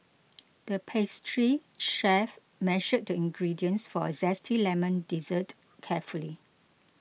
the pastry chef measured the ingredients for a Zesty Lemon Dessert carefully